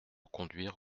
conduire